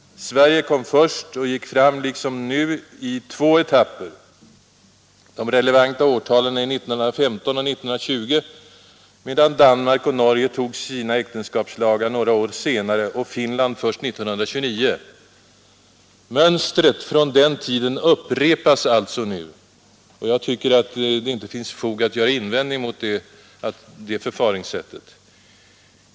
Sverige kom först och gick fram, då liksom nu, i två etapper. De relevanta årtalen är 1915 och 1920, medan Danmark och Norge tog sina äktenskapslagar några år senare och Finland först 1929. Mönstret från den tiden upprepas alltså nu, och jag tycker inte att det finns fog att göra invändningar mot det förfaringssättet.